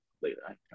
later